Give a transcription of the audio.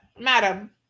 madam